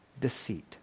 deceit